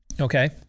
Okay